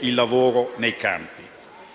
il lavoro nei campi;